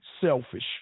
selfish